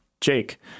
Jake